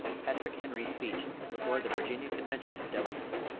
patrick henry's speech before the virginia convention of delegates